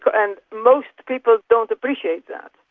and most people don't appreciate that.